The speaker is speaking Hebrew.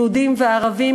יהודים וערבים,